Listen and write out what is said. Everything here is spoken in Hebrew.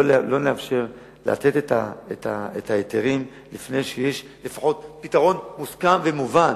לתת את ההיתרים לפני שיש פתרון מוסכם ומובן.